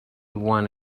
one